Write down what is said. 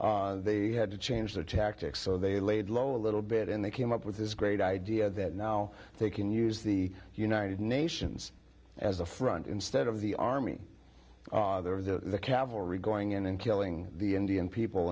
they had to change their tactics so they laid low a little bit and they came up with this great idea that now they can use the united nations as a front instead of the army of the cavalry going in and killing the indian people